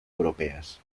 europeas